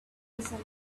somewhere